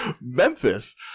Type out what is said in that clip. Memphis